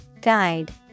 Guide